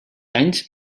anys